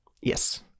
Yes